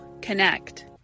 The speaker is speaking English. connect